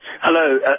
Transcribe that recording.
Hello